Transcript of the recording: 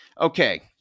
Okay